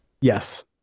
Yes